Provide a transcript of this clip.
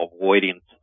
avoidance